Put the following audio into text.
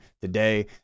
today